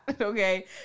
okay